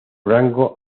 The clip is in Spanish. rango